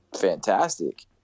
fantastic